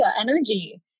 energy